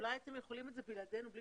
אולי אתם יכולים בלעדינו.